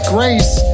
Grace